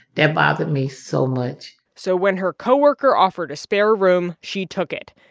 that bothered me so much so when her co-worker offered a spare room, she took it.